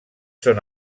són